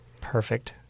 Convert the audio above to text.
Perfect